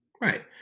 right